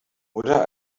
oder